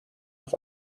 auf